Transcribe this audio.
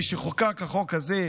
כשחוקק החוק הזה,